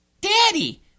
Daddy